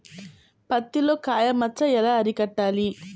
పత్తిలో కాయ మచ్చ ఎలా అరికట్టాలి?